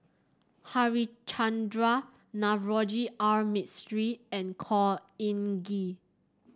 Harichandra Navroji R Mistri and Khor Ean Ghee